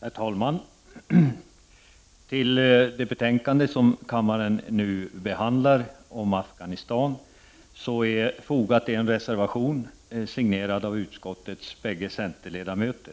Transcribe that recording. Herr talman! Till det betänkande som kammaren nu behandlar, Afghanistan, har fogats en reservation, signerad av utskottets bägge centerledamöter.